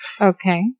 Okay